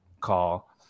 call